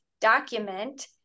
document